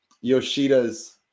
Yoshida's